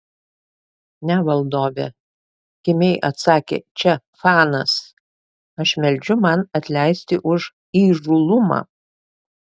ne valdove kimiai atsakė če fanas aš meldžiu man atleisti už įžūlumą